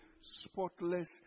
spotless